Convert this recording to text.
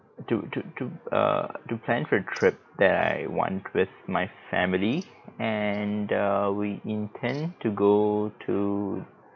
to to to err to plan for a trip that I want with my family and err we intend to go to